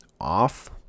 off